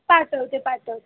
पाठवते पाठवते